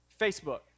Facebook